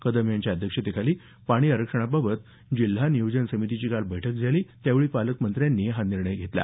कदम यांच्या अध्यक्षतेखाली पाणी आरक्षणाबाबत जिल्हा नियोजन समितीची काल बैठक झाली त्यावेळी पालकमंत्र्यांनी हा निर्णय घेतला